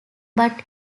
but